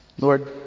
Lord